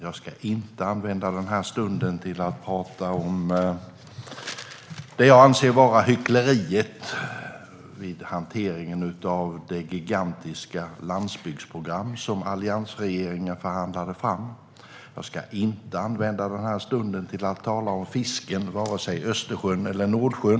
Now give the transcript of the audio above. Jag ska inte använda den här stunden till att prata om hyckleriet, som jag anser det vara, vid hanteringen av det gigantiska landsbygdsprogram som alliansregeringen förhandlade fram. Jag ska inte använda den här stunden till att tala om fisken i vare sig Östersjön eller Nordsjön.